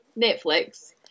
Netflix